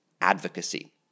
advocacy